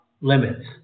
limits